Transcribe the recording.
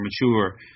mature